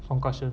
some caution